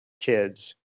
kids